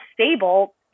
stable